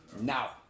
Now